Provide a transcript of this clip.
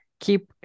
Keep